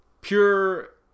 pure